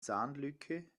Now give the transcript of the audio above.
zahnlücke